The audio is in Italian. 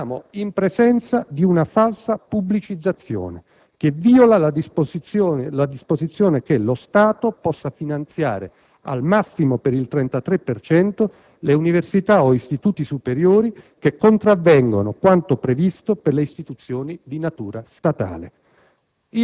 Siamo in presenza di una falsa pubblicizzazione, che viola la disposizione secondo la quale lo Stato può finanziare al massimo per il 33 per cento le università o gli istituti superiori che contravvengono a quanto previsto per le istituzioni di natura statale.